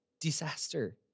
disaster